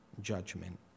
judgment